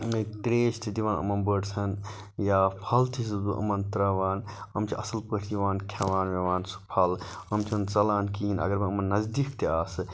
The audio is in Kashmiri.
تریش تہِ دِوان یِمَن بٲڈسَن یا پھَل تہِ چھُس بہٕ یِمَن تراوان یِم چھِ اصل پٲٹھۍ یِوان کھیٚوان ویٚوان سُہ پھَل یِم چھِنہٕ ژَلان کِہِیٖنۍ اَگَر بہٕ یمَن نَزدیک تہِ آسہٕ